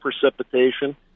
precipitation